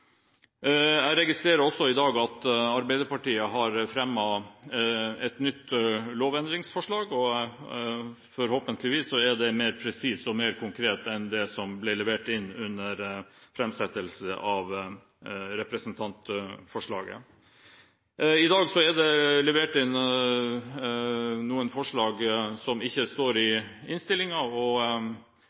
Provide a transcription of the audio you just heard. Jeg registrerer også i dag at Arbeiderpartiet har fremmet et nytt lovendringsforslag. Forhåpentligvis er det mer presist og mer konkret enn det som ble levert inn under framsettelse av representantforslaget. I dag er det levert inn noen forslag som ikke står i innstillingen, og